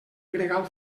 gregal